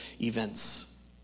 events